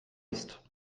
ist